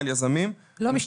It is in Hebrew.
לא משתפרים.